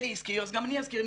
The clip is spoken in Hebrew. עלי הזכיר, אז גם אני אזכיר.